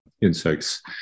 insects